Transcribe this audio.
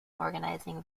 organizing